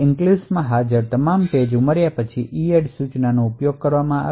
enclaves માં હાજર તમામ પેજ EADD સૂચનાનો ઉપયોગ કરી ઉમેર્યા છે